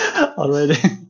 already